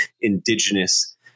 indigenous